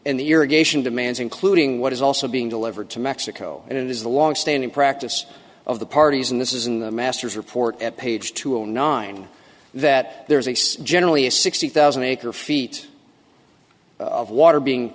in the irrigation demands including what is also being delivered to mexico and it is the longstanding practice of the parties and this is in the master's report at page two hundred nine that there is a generally a sixty thousand acre feet of water being